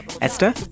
Esther